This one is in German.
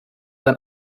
sein